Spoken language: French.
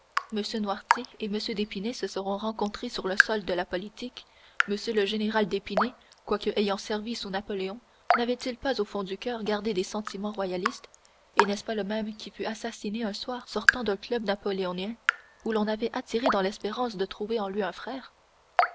noirtier et m d'épinay se seront rencontrés sur le sol de la politique m le général d'épinay quoique ayant servi sous napoléon n'avait-il pas au fond du coeur gardé des sentiments royalistes et n'est-ce pas le même qui fut assassiné un soir sortant d'un club napoléonien où on l'avait attiré dans l'espérance de trouver en lui un frère